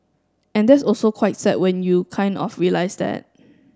and that's also quite sad when you kind of realise that